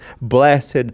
blessed